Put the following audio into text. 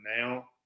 now